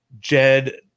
Jed